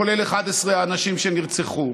כולל 11 האנשים שנרצחו?